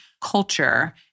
culture